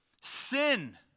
Sin